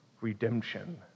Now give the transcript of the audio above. redemption